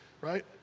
right